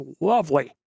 lovely